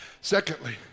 secondly